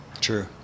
True